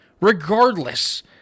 Regardless